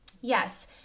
yes